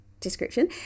Description